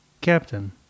Captain